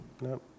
No